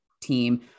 team